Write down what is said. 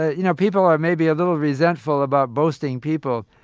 you know, people are maybe a little resentful about boasting people,